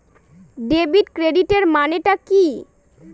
Debit ক্রেডিটের মানে টা কি?